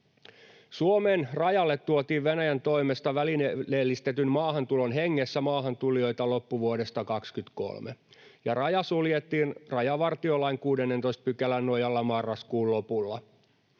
Suomen rajalle tuotiin Venäjän toimesta välineellistetyn maahantulon hengessä maahantulijoita loppuvuodesta 23, ja raja suljettiin rajavartiolain 16 §:n nojalla marraskuun lopulla.